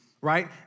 right